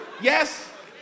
yes